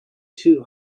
too